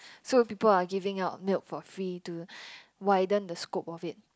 so people are giving out milk for free to widen the scope of it